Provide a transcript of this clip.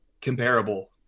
comparable